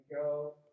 go